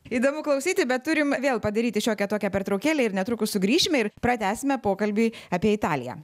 įdomu klausyti bet turim vėl padaryti šiokią tokią pertraukėlę ir netrukus sugrįšime ir pratęsime pokalbį apie italiją